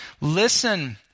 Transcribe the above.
listen